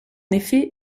effet